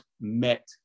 met